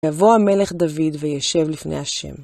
יבוא המלך דוד וישב לפני ה'.